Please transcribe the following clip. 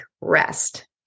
rest